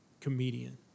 comedian